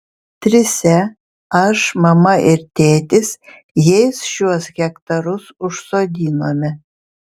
trise aš mama ir tėtis jais šiuos hektarus užsodinome